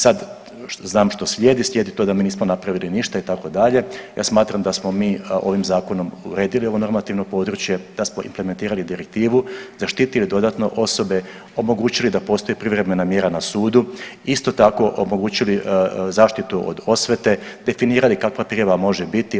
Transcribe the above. Sad znam što slijedi, slijedi to da mi nismo napravili ništa itd., ja smatram da smo mi ovim zakonom uredili ovo normativno područje, da smo implementirali direktivu, zaštitili dodatno osobe, omogućili da postoji privremena mjera na sudu, isto tako omogućili zaštitu od osvete, definirali kakva prijava može biti.